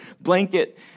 blanket